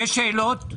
יש שאלות?